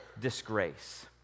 disgrace